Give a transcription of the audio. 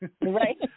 Right